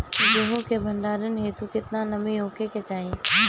गेहूं के भंडारन हेतू कितना नमी होखे के चाहि?